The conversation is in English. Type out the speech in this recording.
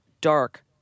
dark